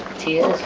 to you.